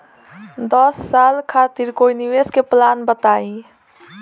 दस साल खातिर कोई निवेश के प्लान बताई?